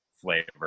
flavor